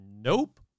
Nope